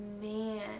man